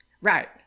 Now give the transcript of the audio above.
Right